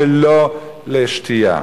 ולא לשתייה.